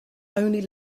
only